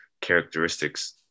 characteristics